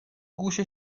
گوش